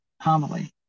homily